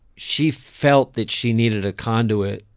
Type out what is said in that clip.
she felt that she needed a conduit.